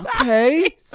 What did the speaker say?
Okay